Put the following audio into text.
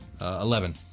Eleven